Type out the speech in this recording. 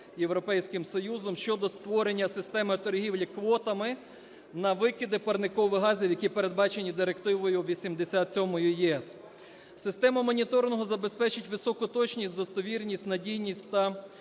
Європейським Союзом щодо створення системи торгівлі квотами на викиди парникових газів, які передбачені Директивою 87/ЄС. Система моніторингу забезпечить високу точність, достовірність, надійність та